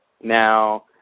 Now